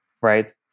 right